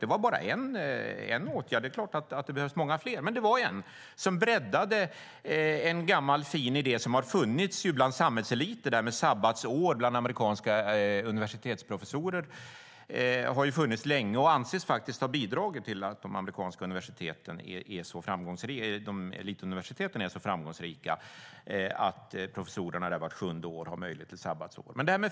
Det var bara en åtgärd; det är klart att det behövs många fler. Men det var en åtgärd som breddade en gammal fin idé som ju har funnits bland samhällseliter; sabbatsår för amerikanska universitetsprofessorer har funnits länge och anses faktiskt ha bidragit till att de amerikanska elituniversiteten är så framgångsrika. Professorerna där har möjlighet till ett sabbatsår vart sjunde år.